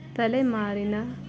ತಲೆಮಾರಿನ